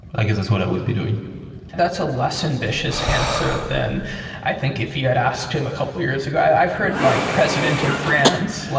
i guess that's what i would be doing that's a less ambitious answer than i think if you had asked him a couple of years ago. i've heard like president of france